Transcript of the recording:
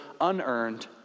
unearned